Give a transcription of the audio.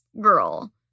girl